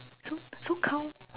so so count